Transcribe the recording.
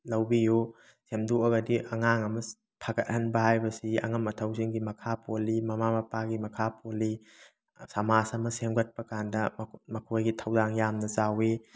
ꯂꯧꯕꯤꯌꯨ ꯁꯦꯝꯗꯣꯛꯑꯒꯗꯤ ꯑꯉꯥꯡ ꯑꯃ ꯐꯒꯠꯍꯟꯕ ꯍꯥꯏꯕꯁꯤ ꯑꯉꯝ ꯑꯊꯧꯁꯤꯡꯒꯤ ꯃꯈꯥ ꯄꯣꯜꯂꯤ ꯃꯃꯥ ꯃꯄꯥꯒꯤ ꯃꯈꯥ ꯄꯣꯜꯂꯤ ꯁꯃꯥꯖ ꯑꯃ ꯁꯦꯝꯒꯠꯄ ꯀꯥꯟꯗ ꯃꯈꯣꯏꯒꯤ ꯊꯧꯗꯥꯡ ꯌꯥꯝꯅ ꯆꯥꯎꯋꯤ